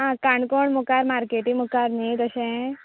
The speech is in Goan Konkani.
आं काणकोण मुखार मार्केटी मुकार न्ही तशें